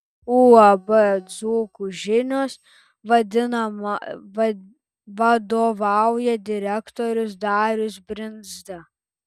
uab dzūkų žinios vadovauja direktorius darius brindza